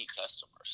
customers